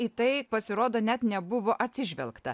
į tai pasirodo net nebuvo atsižvelgta